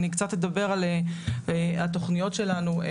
אני קצת אדבר על התכניות שלנו.